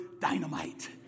dynamite